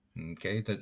Okay